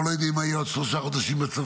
אנחנו לא יודעים מה יהיה בעוד שלושה חודשים בצפון,